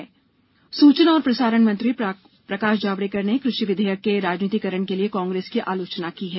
कृषि विधेयक सूचना और प्रसारण मंत्री प्रकाश जावड़ेकर ने कृषि विधेयक के राजनीतिकरण के लिए कांग्रेस की आलोचना की है